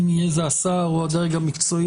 אם יהיה זה השר או הדרג המקצועי,